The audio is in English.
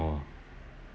!wah!